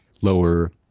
lower